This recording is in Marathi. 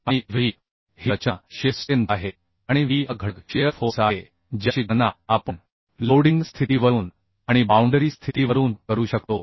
आणि Av ही रचना शिअर स्ट्रेंथ आहे आणि V हा घटक shiar फोर्स आहे ज्याची गणना आपण लोडिंग स्थितीवरून आणि बाउंडरी स्थितीवरून करू शकतो